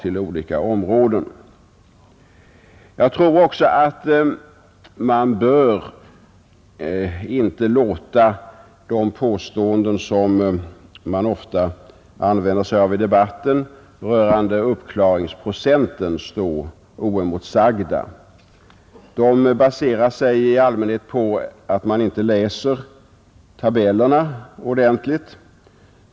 Jag tror inte heller att man bör låta de påståenden rörande uppklaringsprocenten som ofta görs i debatten stå oemotsagda. De beror i allmänhet på att man inte läser tabellerna ordentligt.